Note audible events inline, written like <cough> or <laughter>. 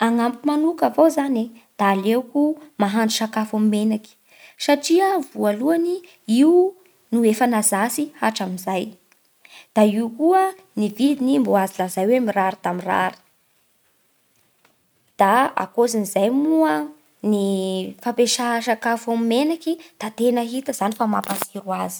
Agnamiko manoka avao zany e da aleoko mahandro sakafo amin'ny menaky satria voalohany io no efa nahazatsy hatramin'izay, da io koa ny vidiny mbô azo lazay hoe mirary da mirary. <hesitation> Da ankoatsin'izay moa ny <hesitation> fampiasa sakafo amin'ny menaky da tena hita zany fa mampatsiro azy.